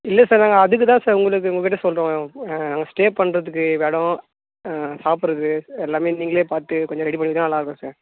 இல்லை சார் நாங்கள் அதுக்கு தான் சார் உங்களுக்கு உங்கள்கிட்ட சொல்கிறோம் அங்கே ஸ்டே பண்ணுறதுக்கு இடோம் சாப்புடுறது எல்லாமே நீங்களே பார்த்து கொஞ்சம் ரெடி பண்ணிக்கொடுத்தீங்கன்னா நல்லா இருக்கும் சார்